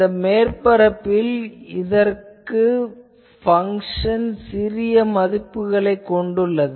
இந்த மேற்பரப்புக்கு அருகில் இந்த பங்சன் சிறிய மதிப்புகளைக் கொண்டுள்ளது